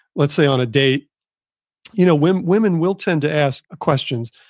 let's say, on a date you know women women will tend to ask questions,